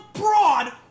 Broad